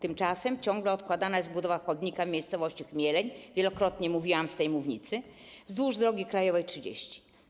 Tymczasem ciągle odkładana jest budowa chodnika w miejscowości Chmieleń - o czym wielokrotnie mówiłam z tej mównicy - wzdłuż drogi krajowej nr 30.